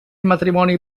matrimoni